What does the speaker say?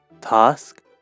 Task